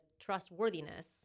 trustworthiness